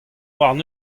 warn